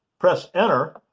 press enter,